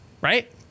right